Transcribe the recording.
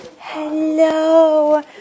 hello